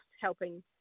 helping